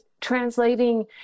translating